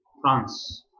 France